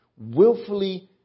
Willfully